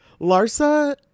Larsa